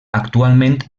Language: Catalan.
actualment